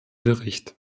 bericht